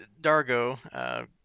Dargo